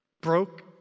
broke